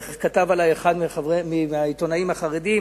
איך כתב עלי אחד מהעיתונאים החרדים?